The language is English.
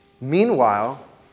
Meanwhile